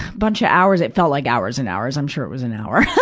bunch of hours, it felt like hours and hours i'm sure it was an hour,